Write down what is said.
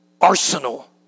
arsenal